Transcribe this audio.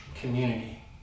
community